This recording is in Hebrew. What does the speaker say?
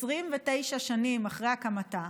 29 שנים אחרי הקמתה,